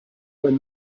when